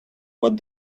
what